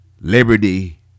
liberty